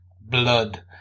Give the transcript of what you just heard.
blood